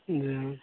जी